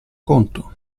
conto